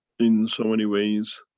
in so many ways,